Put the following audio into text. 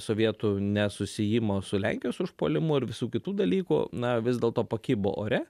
sovietų nesusiejimo su lenkijos užpuolimu ir visų kitų dalykų na vis dėlto pakibo ore